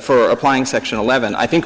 for applying section eleven i think